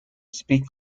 speak